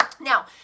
now